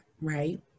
right